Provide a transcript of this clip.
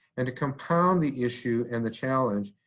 and to compound the issue and the challenge,